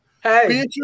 Hey